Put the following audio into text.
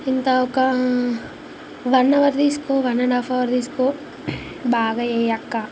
ఇంత ఒక one hour తీసుకో వన్ అండ్ హాఫ్ అవర్ తీసుకో బాగా చేయి అక్కా